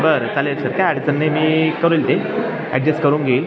बर चालेल सर काही अडचण नाही मी करुल ते ॲडजेस्ट करून घेईल